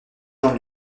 jean